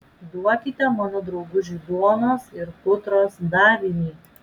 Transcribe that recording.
duokite mano draugužiui duonos ir putros davinį